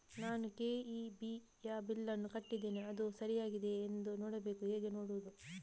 ನಾನು ಕೆ.ಇ.ಬಿ ಯ ಬಿಲ್ಲನ್ನು ಕಟ್ಟಿದ್ದೇನೆ, ಅದು ಸರಿಯಾಗಿದೆಯಾ ಎಂದು ನೋಡಬೇಕು ಹೇಗೆ ನೋಡುವುದು?